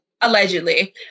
Allegedly